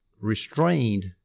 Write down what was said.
restrained